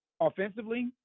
offensively